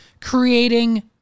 creating